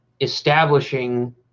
establishing